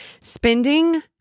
Spending